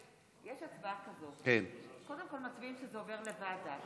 יש הצבעה כזאת: קודם כול מצביעים שזה עובר לוועדה.